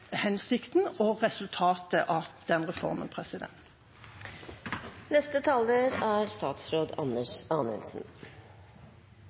hensikten med og resultatet av denne reformen.